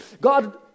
God